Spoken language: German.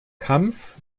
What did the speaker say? kampf